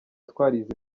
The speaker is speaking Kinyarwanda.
twarize